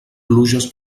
pluges